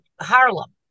harlem